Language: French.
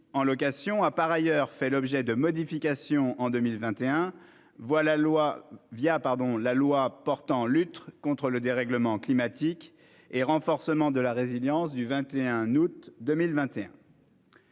de mise en location a par ailleurs fait l'objet de modifications en 2021, la loi portant lutte contre le dérèglement climatique et renforcement de la résilience face à